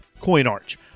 CoinArch